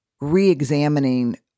re-examining